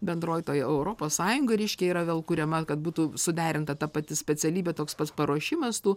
bendroj toj europos sąjungoj reiškia yra vėl kuriama kad būtų suderinta ta pati specialybė toks pats paruošimas tų